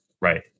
right